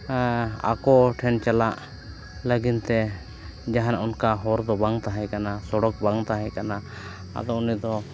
ᱟᱠᱚ ᱴᱷᱮᱱ ᱪᱟᱞᱟᱜ ᱞᱟᱹᱜᱤᱫᱛᱮ ᱡᱟᱦᱟᱱ ᱚᱱᱠᱟᱱ ᱦᱚᱨ ᱫᱚ ᱵᱟᱝ ᱛᱟᱦᱮᱸ ᱠᱟᱱᱟ ᱥᱚᱲᱚᱠ ᱵᱟᱝ ᱛᱟᱦᱮᱸ ᱠᱟᱱᱟ ᱟᱫᱚ ᱩᱱᱤ ᱫᱚ